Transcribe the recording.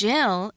Jill